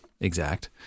exact